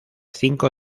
cinco